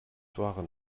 waren